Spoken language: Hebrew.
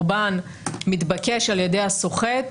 הקורבן מתבקש על ידי הסוחט,